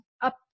up